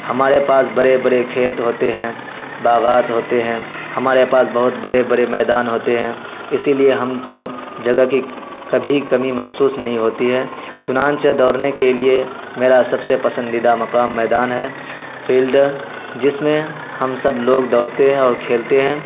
ہمارے پاس بڑے بڑے کھیت ہوتے ہیں باغات ہوتے ہیں ہمارے پاس بہت بڑے بڑے میدان ہوتے ہیں اسی لیے ہم کو جگہ کی کبھی کمی محسوس نہیں ہوتی ہے چنانچہ دوڑنے کے لیے میرا سب سے پسندیدہ مقام میدان ہے فیلڈا جس میں ہم سب لوگ دوڑتے ہیں اور کھیلتے ہیں